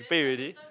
pay already